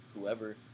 whoever